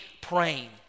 praying